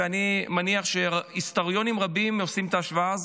ואני מניח שהיסטוריונים רבים עושים את ההשוואה הזאת,